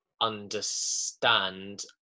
understand